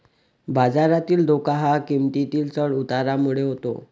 बाजारातील धोका हा किंमतीतील चढ उतारामुळे होतो